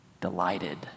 delighted